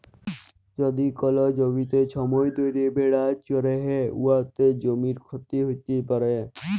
যদি কল জ্যমিতে ছময় ধ্যইরে ভেড়া চরহে উয়াতে জ্যমির ক্ষতি হ্যইতে পারে